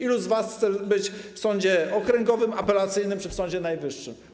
Ilu z was chce być w sądzie okręgowym, apelacyjnym czy w Sądzie Najwyższym?